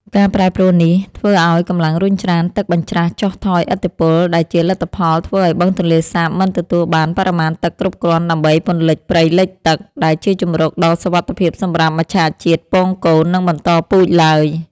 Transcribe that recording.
ការប្រែប្រួលនេះធ្វើឱ្យកម្លាំងរុញច្រានទឹកបញ្ច្រាសចុះថយឥទ្ធិពល ដែលជាលទ្ធផលធ្វើឱ្យបឹងទន្លេសាបមិនទទួលបានបរិមាណទឹកគ្រប់គ្រាន់ដើម្បីពន្លិចព្រៃលិចទឹក ដែលជាជម្រកដ៏សុវត្ថិភាពសម្រាប់មច្ឆជាតិពងកូន និងបន្តពូជឡើយ។